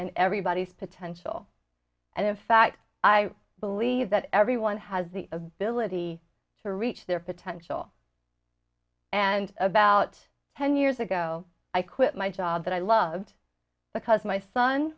in everybody's potential and in fact i believe that everyone has the ability to reach their potential and about ten years ago i quit my job that i loved because my son